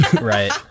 right